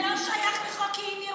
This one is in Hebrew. אבל זה לא שייך לחוק איים ירוקים,